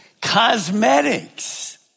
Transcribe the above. cosmetics